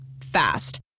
Fast